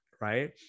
right